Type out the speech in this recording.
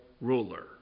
ruler